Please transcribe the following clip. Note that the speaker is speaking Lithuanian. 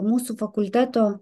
mūsų fakulteto